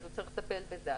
הוא צריך לטפל בזה.